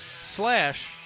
slash